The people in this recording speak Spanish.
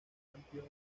campeón